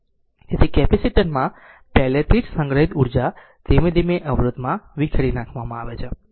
તેથી કેપેસિટર માં પહેલેથી જ સંગ્રહિત ઊર્જા ધીમે ધીમે અવરોધમાં વિખેરી નાખવામાં આવે છે